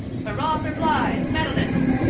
hurrah for blythe, medalist!